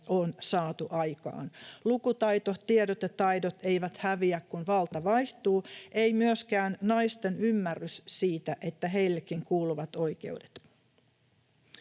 on saatu aikaan. Lukutaito, tiedot ja taidot eivät häviä, kun valta vaihtuu, ei myöskään naisten ymmärrys siitä, että heillekin kuuluvat oikeudet.